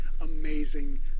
amazing